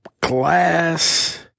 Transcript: glass